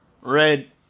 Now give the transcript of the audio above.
red